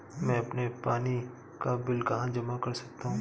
मैं अपने पानी का बिल कहाँ जमा कर सकता हूँ?